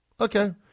okay